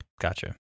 gotcha